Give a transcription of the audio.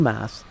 Mass